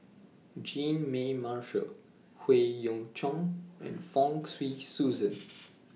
Jean Mary Marshall Howe Yoon Chong and Fong Swee Suan